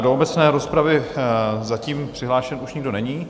Do obecné rozpravy zatím přihlášen už nikdo není.